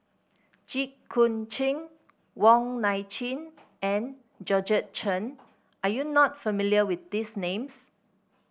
Jit Koon Ch'ng Wong Nai Chin and Georgette Chen are you not familiar with these names